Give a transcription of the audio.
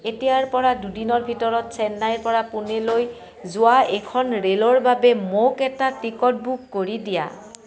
এতিয়াৰপৰা দুদিনৰ ভিতৰত চেন্নাইৰপৰা পুনেলৈ যোৱা এখন ৰে'লৰ বাবে মোক এটা টিকট বুক কৰি দিয়া